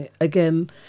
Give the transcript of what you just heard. again